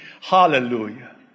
Hallelujah